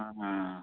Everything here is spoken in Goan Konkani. आं